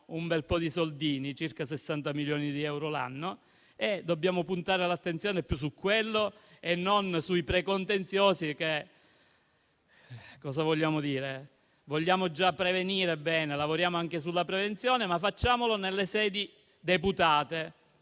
un bel po' di soldi (circa 60 milioni di euro l'anno). Dobbiamo puntare l'attenzione più su quello che sui precontenziosi. Che cosa vogliamo dire? Vogliamo già prevenire? Bene. Lavoriamo anche sulla prevenzione, ma facciamolo nelle sedi deputate